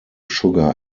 sugar